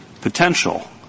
potential